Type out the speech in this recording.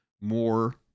more